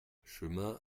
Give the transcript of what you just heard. chemin